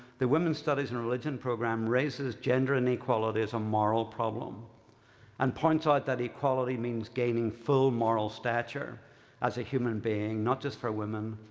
the women's studies and religion program raises gender inequality as a moral problem and points out that equality means gaining full moral stature as a human being, not just for women,